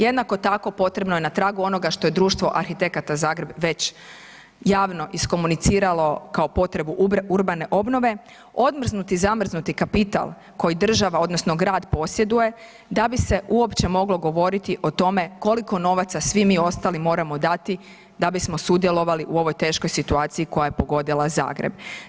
Jednako tako potrebno je na tragu onoga što je Društvo arhitekata Zagreb već javno iskomuniciralo kao potrebu urbane obnove, odmrznuti zamrznuti kapital koji država odnosno grad posjeduje da bi se uopće moglo govoriti o tome koliko novaca svi mi ostali moramo dati da bismo sudjelovali u ovoj teškoj situaciji koja je pogodila Zagreb.